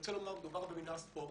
מדובר במינהל הספורט,